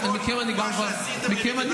קחו אחריות ולכו הביתה.